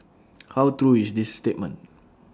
how true is this statement